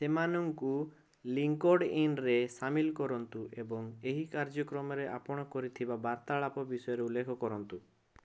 ଏମାନଙ୍କୁ ଲିଙ୍କଡ଼ଇନ୍ରେ ସାମିଲ କରନ୍ତୁ ଏବଂ ଏହି କାର୍ଯ୍ୟକ୍ରମରେ ଆପଣ କରିଥିବା ବାର୍ତ୍ତାଳାପ ବିଷୟରେ ଉଲ୍ଲେଖ କରନ୍ତୁ